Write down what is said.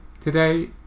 Today